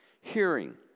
Hearing